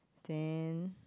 then